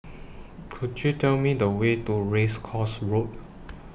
Could YOU Tell Me The Way to Race Course Road